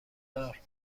دار